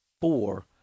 four